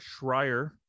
Schreier